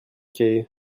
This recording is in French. cahier